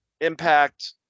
impact